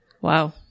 Wow